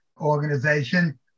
organization